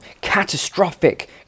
catastrophic